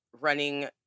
running